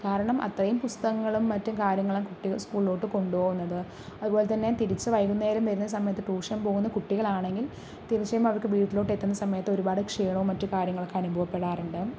കാരണം അത്രയും പുസ്തകങ്ങളും മറ്റു കാര്യങ്ങളും കുട്ടികൾ സ്കൂളിലോട്ട് കൊണ്ടു പോവുന്നത് അതുപോലെ തന്നെ തിരിച്ചു വൈകുന്നേരം വരുന്ന സമയത്തു ട്യൂഷൻ പോകുന്ന കുട്ടികളാണെങ്കിൽ തിരിച്ച് കഴിയുമ്പോൾ അവർക്ക് വീട്ടിലൊട്ടെത്തുന്ന സമയത്ത് ഒരുപാട് ക്ഷീണവും മറ്റു കാര്യങ്ങളൊക്കെ അനുഭവപ്പെടാറുണ്ട്